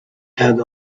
had